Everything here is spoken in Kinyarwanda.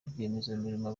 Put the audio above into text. rwiyemezamirimo